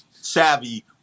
savvy